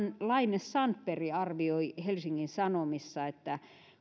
laine sandberg arvioi helsingin sanomissa että